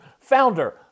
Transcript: founder